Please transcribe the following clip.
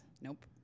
Nope